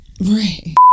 right